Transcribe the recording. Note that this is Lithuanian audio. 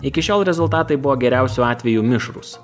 iki šiol rezultatai buvo geriausiu atveju mišrūs